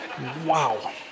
Wow